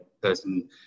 person